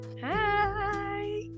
hi